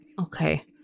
okay